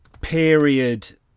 period